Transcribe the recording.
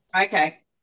Okay